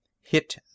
hit